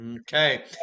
Okay